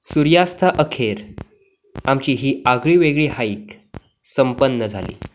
सूर्यास्ताअखेर आमची ही आगळीवेगळी हाईक संपन्न झाली